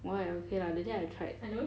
why okay lah that day I tried